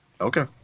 Okay